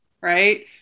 right